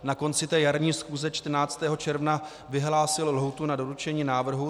Na konci jarní schůze 14. června jsem vyhlásil lhůtu na doručení návrhu.